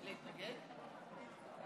כן.